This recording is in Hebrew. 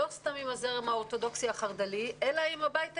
לא סתם עם הזרם האורתודוכסי החרד"לי אלא עם הבית היהודי.